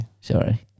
sorry